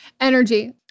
energy